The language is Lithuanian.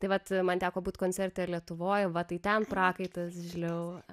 tai vat man teko būt koncerte lietuvoj va tai ten prakaitas žliau